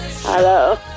Hello